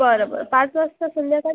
बरं बरं पाच वाजता संध्याकाळी